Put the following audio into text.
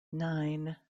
nine